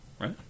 right